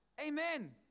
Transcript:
Amen